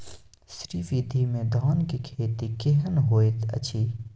श्री विधी में धान के खेती केहन होयत अछि?